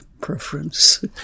preference